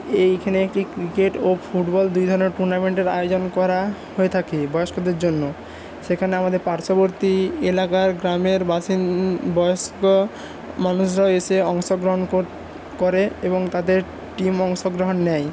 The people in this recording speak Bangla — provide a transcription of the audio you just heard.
এইখানে একটি ক্রিকেট ও ফুটবল দুই ধরনের টুর্নামেন্টের আয়োজন করা হয়ে থাকে বয়স্কদের জন্য সেখানে আমাদের পার্শ্ববর্তী এলাকার গ্রামের বয়স্ক মানুষরা এসে অংশগ্রহণ করে এবং তাদের টিম অংশগ্রহণ নেয়